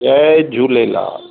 Jay Jhulelal